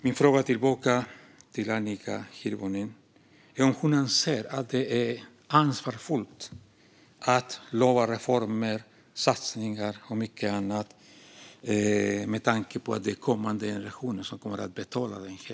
Min fråga tillbaka till Annika Hirvonen är om hon anser att det är ansvarsfullt att lova reformer, satsningar och mycket annat med tanke på att det är kommande generationer som kommer att betala detta.